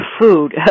food